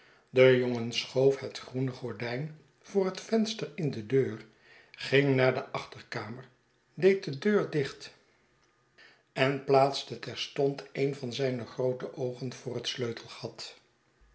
de jongen schoof het groene gordijn voor het venster in de deur ging naar de achterkamer deed de deur dicht en plaatste terf t de zwabte sluiee stond een van zijne groote oogen voor het sleutelgat